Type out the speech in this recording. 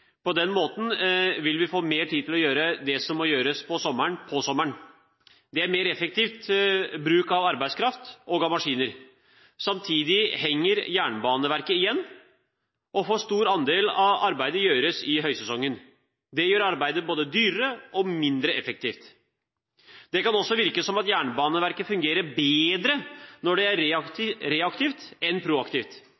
På den måten vil vi få mer tid til å gjøre det som må gjøres om sommeren, om sommeren. Det er mer effektiv bruk av arbeidskraft og maskiner. Samtidig henger Jernbaneverket igjen, og en for stor andel av arbeidet gjøres i høysesongen. Det gjør arbeidet både dyrere og mindre effektivt. Det kan også virke som at Jernbaneverket fungerer bedre når det er